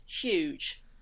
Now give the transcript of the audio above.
huge